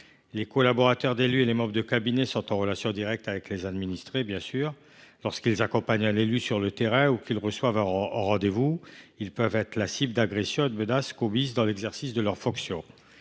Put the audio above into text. Les collaborateurs d’élus et membres de cabinet sont en relation directe avec les administrés. Lorsqu’ils accompagnent un élu sur le terrain ou qu’ils reçoivent en rendez vous, ils peuvent être la cible d’agressions et de menaces commises dans l’exercice de leurs fonctions.